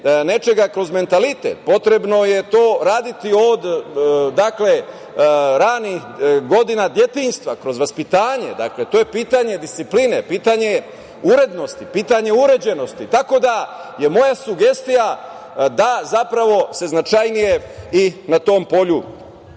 nečega kroz mentalitet, potrebno je to raditi od ranih godina detinjstva, kroz vaspitanje. Dakle, to je pitanje discipline, pitanje urednosti, pitanje uređenosti. Tako da, je moja sugestija da se zapravo značajnije i na tom polju